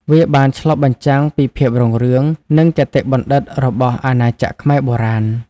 វាបានឆ្លុះបញ្ចាំងពីភាពរុងរឿង និងគតិបណ្ឌិតរបស់អាណាចក្រខ្មែរបុរាណ។